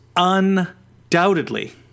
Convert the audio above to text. undoubtedly